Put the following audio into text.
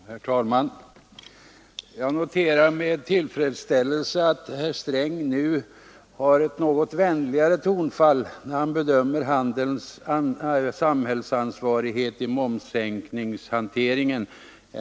Herr talman! Jag noterar med tillfredsställelse att herr Sträng nu har ett något vänligare tonfall när han bedömer handelns samhällsansvar i momssänkningshanteringen.